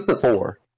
Four